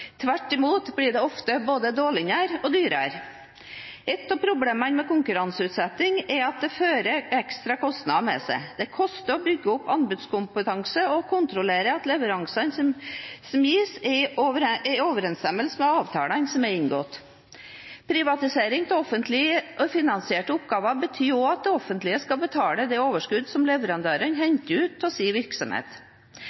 Tvert imot blir det ofte dårligere og dyrere. Ett av problemene med konkurranseutsetting er at det fører ekstra kostnader med seg. Det koster å bygge opp anbudskompetanse og å kontrollere at leveransene som gis, er i overensstemmelse med avtalene som er inngått. Privatisering av offentlig finansierte oppgaver betyr også at det offentlige skal betale det overskuddet som